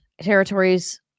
territories